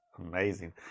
amazing